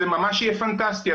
זה ממש יהיה פנטסטי,